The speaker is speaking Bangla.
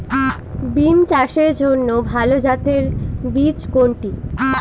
বিম চাষের জন্য ভালো জাতের বীজ কোনটি?